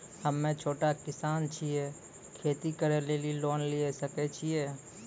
हम्मे छोटा किसान छियै, खेती करे लेली लोन लिये सकय छियै?